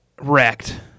wrecked